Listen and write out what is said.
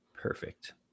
perfect